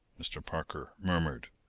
mr. parker murmured.